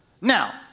Now